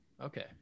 okay